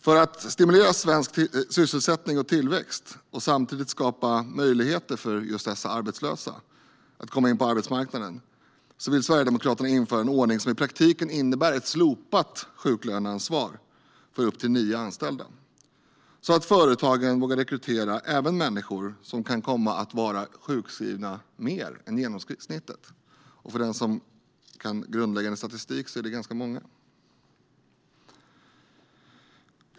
För att stimulera svensk sysselsättning och tillväxt och samtidigt skapa möjligheter för just dessa arbetslösa att komma in på arbetsmarknaden vill Sverigedemokraterna införa en ordning som i praktiken innebär slopat sjuklöneansvar för upp till nio anställda, detta så att företagen vågar rekrytera även människor som kan komma att vara sjukskrivna mer än genomsnittet. Den som kan grundläggande statistik förstår att det är ganska många.